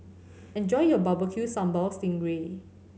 enjoy your Barbecue Sambal sting ray